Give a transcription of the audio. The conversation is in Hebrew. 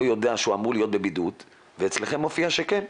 יודע שהוא אמור להיות בבידוד ואצלכם מופיע שכן.